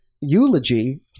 eulogy